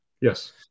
Yes